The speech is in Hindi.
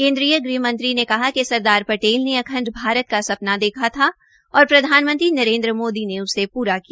केन्द्रीय ग़हमंत्री ने कहा कि सरदार पटेल ने अखंड भारत का सपना देखा था और प्रधानमंत्री नरेन्द्र मोदी ने उसे पूरा किया